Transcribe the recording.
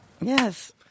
Yes